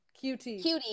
Cutie